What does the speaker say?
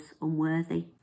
unworthy